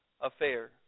affair